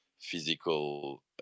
physical